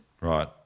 Right